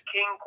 King